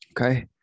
okay